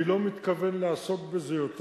אני לא מתכוון לעסוק בזה יותר.